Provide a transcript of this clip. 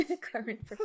Current